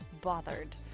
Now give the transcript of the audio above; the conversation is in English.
bothered